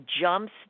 jumps